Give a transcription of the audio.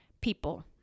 people